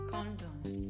Condoms